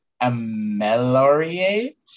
ameliorate